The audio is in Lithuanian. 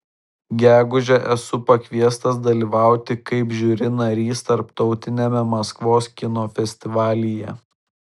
gegužę esu pakviestas dalyvauti kaip žiuri narys tarptautiniame maskvos kino festivalyje